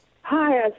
Hi